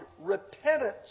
repentance